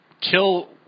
kill